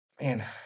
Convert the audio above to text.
man